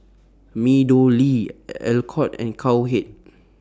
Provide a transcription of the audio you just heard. Meadowlea Alcott and Cowhead